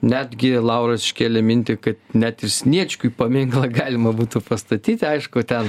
netgi lauras iškėlė mintį kad net ir sniečkui paminklą galima būtų pastatyti aišku ten